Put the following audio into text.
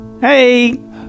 Hey